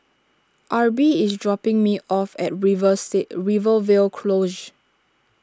Arbie is dropping me off at river seat Rivervale Close